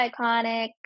iconic